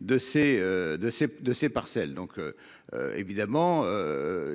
de ces parcelles donc. Évidemment.